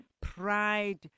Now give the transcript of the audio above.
pride